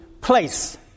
place